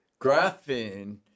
graphene